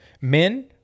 Men